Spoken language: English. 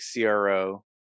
CRO